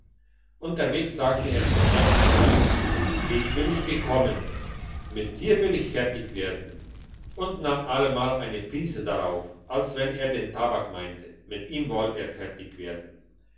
unterwegs sagte er von zeit zu zeit dich will ich bekommen mit dir will ich fertig werden und nahm allemal eine prise darauf als wenn er den tabak meinte mit ihm woll er fertig werden